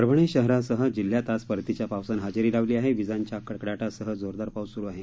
परभणी शहरासह जिल्ह्यात आज परतीच्या पावसानं हजेरी लावली आहे विजांच्या कडकडाटासह जोरदार पाऊस सुरू आहे